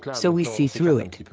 so we see through it.